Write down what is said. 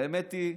האמת היא,